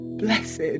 Blessed